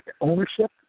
ownership